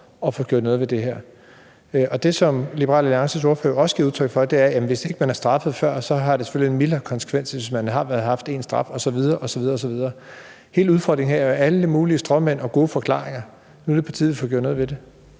at få gjort noget ved det her. Det, som Liberal Alliances ordfører også giver udtryk for, er, at hvis man ikke har været straffet før, har det selvfølgelig en mildere konsekvens, end hvis man har haft en straf osv. osv. Hele udfordringen her er jo alle mulige stråmænd og gode forklaringer. Nu er det på tide, vi får gjort noget ved det.